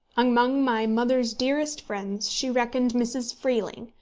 among my mother's dearest friends she reckoned mrs. freeling,